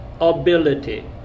ability